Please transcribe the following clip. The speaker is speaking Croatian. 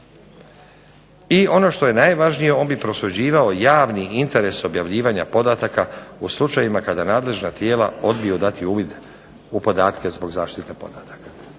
i ono što je najvažnije on bi prosuđivao javni interes objavljivanja podataka u slučajevima kada nadležna tijela odbiju dati uvid u podatke zbog zaštite podataka.